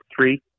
three